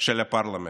של הפרלמנט".